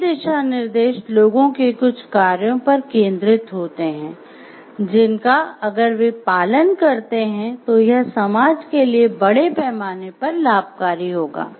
ये दिशा निर्देश लोगों के कुछ कार्यों पर केंद्रित होते हैं जिनका अगर वे पालन करते हैं तो यह समाज के लिए बड़े पैमाने पर लाभकारी होगा